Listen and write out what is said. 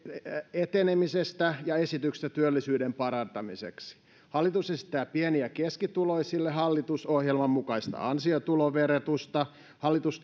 etenemisestä ja esityksestä työllisyyden parantamiseksi hallitus esittää pieni ja keskituloisille hallitusohjelman mukaista ansiotuloverotusta hallitus